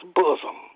bosom